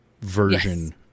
version